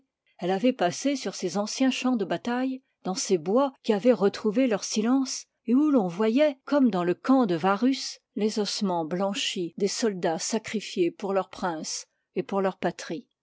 elle avoit passé sur ses anciens champs de bataille dans ces bois qui avoient retrouvé leur silence et où l'on voyoit comme dans le camp de varus les ossemens blanchis des soldats sacrifies pour ipart leur prince et pour leur patrie